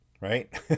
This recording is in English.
right